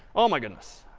oh, my goodness.